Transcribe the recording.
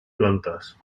plantas